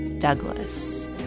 Douglas